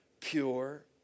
pure